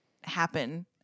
happen